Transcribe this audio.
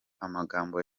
amagambo